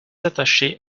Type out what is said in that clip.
attaché